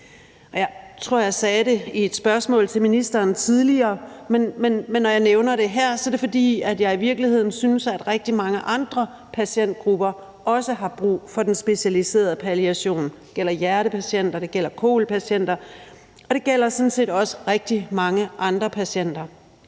Jeg tror, at jeg sagde det i et spørgsmål til ministeren tidligere, men når jeg nævner det her, er det, fordi jeg i virkeligheden synes, at rigtig mange andre patientgrupper også har brug for den specialiserede palliation – det gælder hjertepatienter, det gælder kol-patienter, og det gælder sådan set også rigtig mange andre patienter.